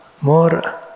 more